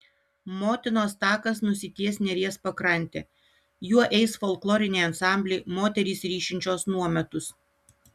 motinos takas nusitęs neries pakrante juo eis folkloriniai ansambliai moterys ryšinčios nuometus